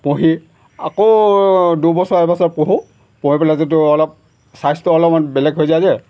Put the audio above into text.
পুহি আকৌ দুবছৰ এবছৰ পুহোঁ পুহি পেলাই যিটো অলপ চাইজটো অলপমান বেলেগ হৈ যায় যে